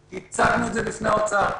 הצגנו את זה לפני האוצר.